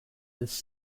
this